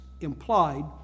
implied